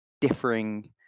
differing